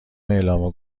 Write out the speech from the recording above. اعلام